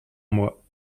moi